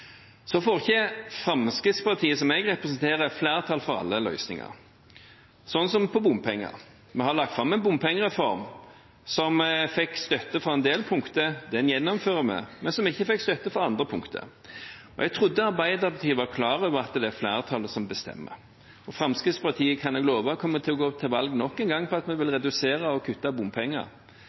Så får ikke Fremskrittspartiet, som jeg representerer, flertall for alle løsninger, som f.eks. bompenger. Vi har lagt fram en bompengereform som fikk støtte på en del punkter – dem gjennomfører vi – men som ikke fikk støtte på andre punkter. Jeg trodde Arbeiderpartiet var klar over at det er flertallet som bestemmer. Fremskrittspartiet kan jeg love kommer til å gå til valg nok en gang på at vi vil redusere og kutte bompenger.